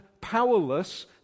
powerless